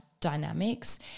dynamics